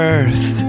Earth